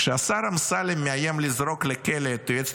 כשהשר אמסלם מאיים לזרוק לכלא את היועצת